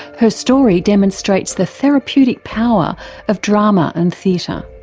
her story demonstrates the therapeutic power of drama and theatre.